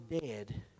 dead